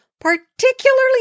Particularly